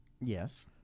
Yes